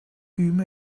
büyüme